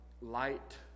light